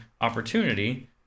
opportunity